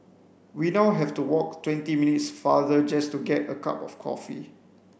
we now have to walk twenty minutes farther just to get a cup of coffee